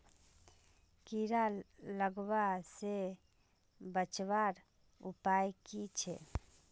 कीड़ा लगवा से बचवार उपाय की छे?